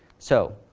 so,